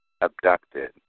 abducted